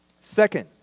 Second